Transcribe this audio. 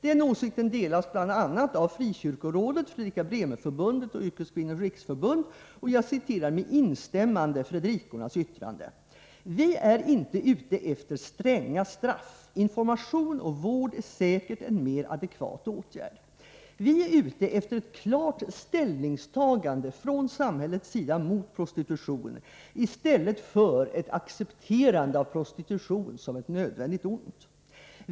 Denna åsikt delas bl.a. av Frikyrkorådet, Fredrika Bremer-förbundet och Yrkeskvinnors riksförbund, och jag citerar med instämmande Fredrikornas yttrande: ”Vi är inte ute efter stränga straff, information och vård är säkert en mer adekvat åtgärd. Vi är ute efter ett klart ställningstagande från samhällets sida mot prostitution, i stället för ett accepterande av prostitution som ett nödvändigt ont.